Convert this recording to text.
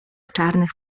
czarnych